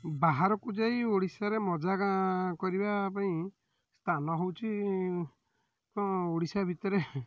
ବାହାରକୁ ଯାଇ ଓଡ଼ିଶାରେ ମଜା କରିବା ପାଇଁ ସ୍ଥାନ ହେଉଛି ଓଡ଼ିଶା ଭିତରେ